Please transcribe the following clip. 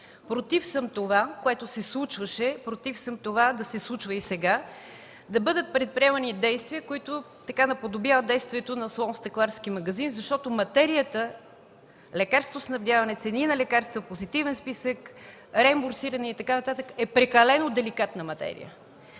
Против съм това, което се случваше. Против съм това да се случва и сега – да бъдат предприемани действия, които наподобяват действията на слон в стъкларски магазин. Материята „лекарствоснабдяване, цени на лекарства, позитивен списък, реимбурсиране“ и така нататък е прекалено деликатна материя!